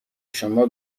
شما